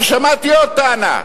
שמעתי עוד טענה,